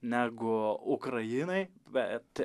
negu ukrainai bet